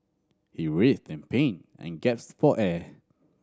he writhed in pain and gasped for air